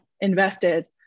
invested